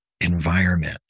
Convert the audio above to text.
environment